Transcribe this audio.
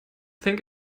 think